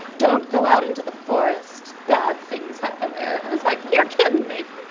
don't go out into the forest, bad things happen there. it was like, you're kidding me.